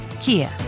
Kia